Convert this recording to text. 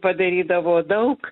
padarydavo daug